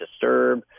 disturb